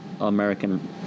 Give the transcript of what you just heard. American